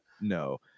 no